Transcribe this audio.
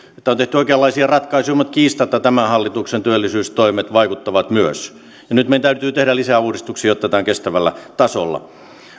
tehty oikeanlaisia ratkaisuja mutta kiistatta tämän hallituksen työllisyystoimet vaikuttavat myös nyt meidän täytyy tehdä lisää uudistuksia jotta tämä on kestävällä tasolla